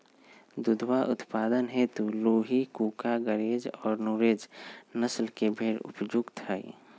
दुधवा उत्पादन हेतु लूही, कूका, गरेज और नुरेज नस्ल के भेंड़ उपयुक्त हई